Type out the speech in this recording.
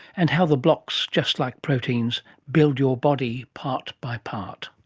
and how the blocks, just like proteins, build your body part by part.